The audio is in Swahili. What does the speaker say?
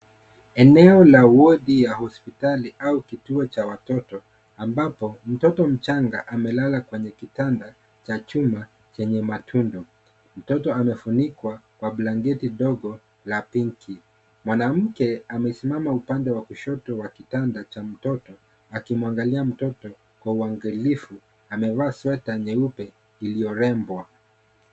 Eneo la wodi ya hospitali au kituo cha watoto ambapo mtoto mchanga amelala kwenye kitanda cha chuma chenye matundu. Mtoto amefunikwa kwa blanketi dogo la pinki. Mwanamke amesimama upande wa kushoto wa kitanda cha mtoto akimwangalia mtoto kwa uangalifu. Amevaa sweta iliyorembwa.